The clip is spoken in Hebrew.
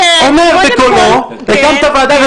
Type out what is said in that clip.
אומר בקולו הקמת ועדה,